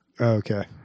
Okay